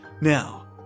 Now